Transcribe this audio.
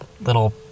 little